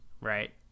right